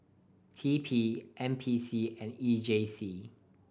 T P N P C and E J C